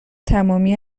تمامی